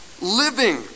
living